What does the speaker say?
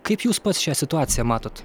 kaip jūs pats šią situaciją matot